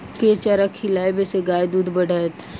केँ चारा खिलाबै सँ गाय दुध बढ़तै?